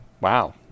Wow